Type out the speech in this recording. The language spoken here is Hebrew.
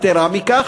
יתרה מכך,